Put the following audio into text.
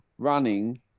running